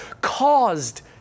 caused